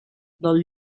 del